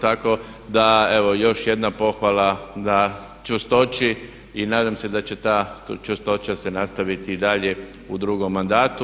Tako da evo još jedna pohvala na čvrstoći i nadam se da će ta čvrstoća se nastaviti i dalje u drugom mandatu.